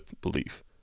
belief